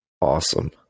Awesome